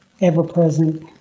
ever-present